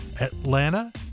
Atlanta